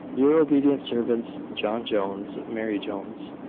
your obedient servants, john jones, mary jones.